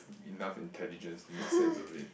enough intelligent to make sense of it